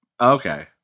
okay